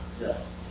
Yes